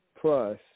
plus